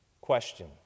Question